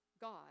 God